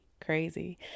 Crazy